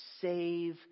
save